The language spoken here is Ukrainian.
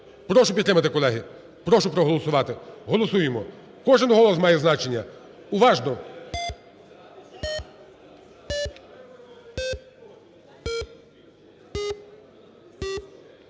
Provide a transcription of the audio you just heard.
Прошу підтримати, колеги, прошу проголосувати. Голосуємо, кожен голос має значення, уважно.